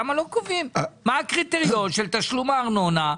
למה לא קובעים מהו הקריטריון של תשלום הארנונה?